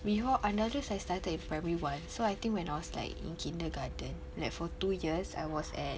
before Andalus I started in primary one so I think when I was like in kindergarten like for two years I was at